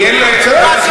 התחלת.